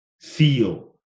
feel